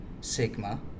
Sigma